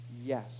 yes